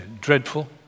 dreadful